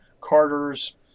carter's